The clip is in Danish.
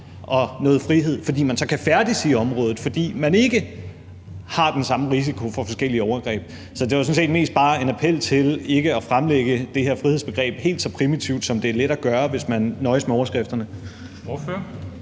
og noget frihed, fordi man så kan færdes i området, fordi der ikke er den samme risiko for forskellige overgreb. Det var sådan set mest bare en appel om ikke at fremlægge det her frihedsbegreb helt så primitivt, som det er let at gøre, hvis man nøjes med overskrifterne.